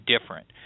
different